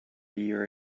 year